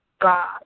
God